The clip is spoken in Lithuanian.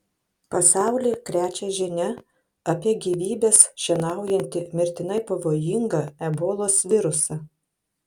pasaulį krečia žinia apie gyvybes šienaujantį mirtinai pavojingą ebolos virusą